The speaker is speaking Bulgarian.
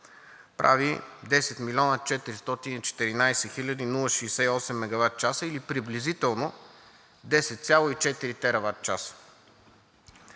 прави 10 млн. 414 хил. 068 мегаватчаса, или приблизително 10,4 тераватчаса.